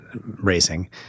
racing